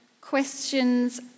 questions